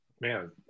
Man